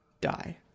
die